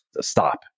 stop